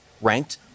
ranked